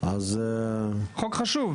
זה חוק חשוב.